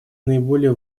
наиболее